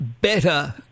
better